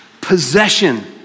possession